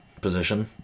position